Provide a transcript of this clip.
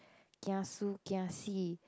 kiasu kiasi